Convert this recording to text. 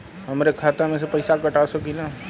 हमरे खाता में से पैसा कटा सकी ला?